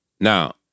Now